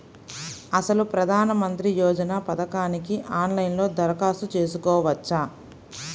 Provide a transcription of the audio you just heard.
అసలు ప్రధాన మంత్రి యోజన పథకానికి ఆన్లైన్లో దరఖాస్తు చేసుకోవచ్చా?